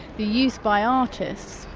the use by artists,